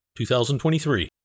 2023